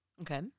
Okay